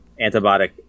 antibiotic